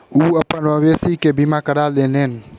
ओ अपन मवेशी के बीमा करा लेलैन